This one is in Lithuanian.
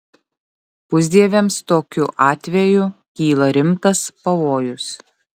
pusdieviams tokiu atveju kyla rimtas pavojus